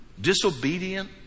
disobedient